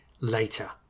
later